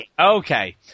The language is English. Okay